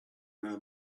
know